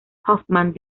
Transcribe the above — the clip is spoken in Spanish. hoffman